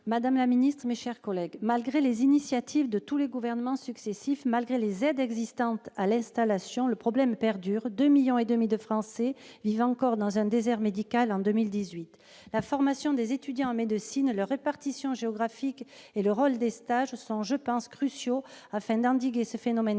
Madame la ministre, mes chers collègues, malgré les initiatives de tous les gouvernements successifs, malgré les aides à l'installation en vigueur, le problème perdure : 2,5 millions de Français vivent encore dans un désert médical en 2018. La formation des étudiants en médecine, leur répartition géographique et le rôle des stages sont cruciaux, afin d'endiguer la baisse du